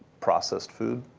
processed food.